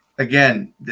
Again